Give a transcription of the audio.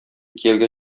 кияүгә